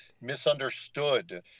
misunderstood